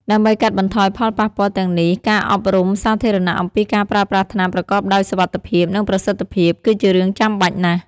ដើម្បីកាត់បន្ថយផលប៉ះពាល់ទាំងនេះ ការអប់រំសាធារណៈអំពីការប្រើប្រាស់ថ្នាំប្រកបដោយសុវត្ថិភាព និងប្រសិទ្ធភាព គឺជារឿងចាំបាច់ណាស់។